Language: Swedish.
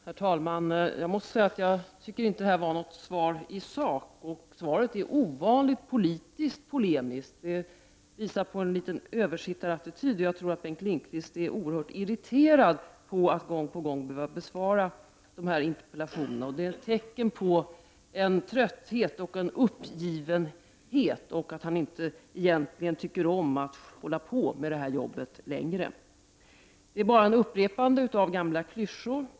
Herr talman! Jag måste säga att jag inte tycker att det här var något svar i sak. Svaret är ovanligt politiskt polemiskt och visar på en översittarattityd. Jag tror att Bengt Lindqvist är oerhört irriterad över att gång på gång behöva besvara dessa interpellationer. Det är tecken på en trötthet och en uppgivenhet och på att han egentligen inte tycker om att hålla på med det här jobbet längre. Svaret är bara ett upprepande av gamla klyschor.